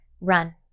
run